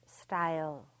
style